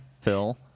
Phil